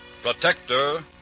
Protector